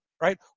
right